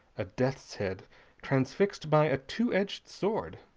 a death's head transfixed by a two-edged sword.